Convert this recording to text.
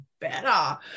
better